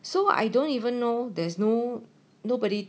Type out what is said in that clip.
so I don't even know there's no nobody